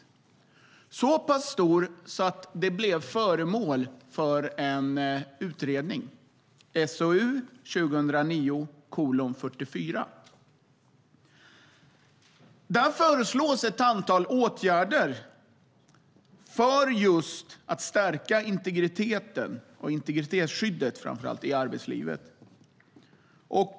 Den är så pass stor att detta blev föremål för en utredning, SOU 2009:44. Där föreslås ett antal åtgärder just för att stärka integritetsskyddet i arbetslivet.